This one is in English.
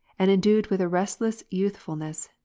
and endued with a restless youthfulness,